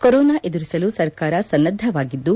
corona ಎದುರಿಸಲು ಸರ್ಕಾರ ಸನ್ನದ್ದವಾಗಿದ್ದು